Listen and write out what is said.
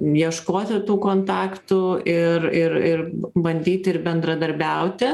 ieškoti tų kontaktų ir ir ir bandyti ir bendradarbiauti